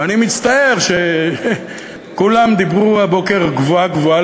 אני מצטער שכולם דיברו הבוקר גבוהה-גבוהה